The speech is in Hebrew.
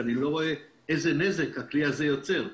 אני לא רואה איזה נזק הכלי הזה יוצר.